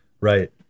Right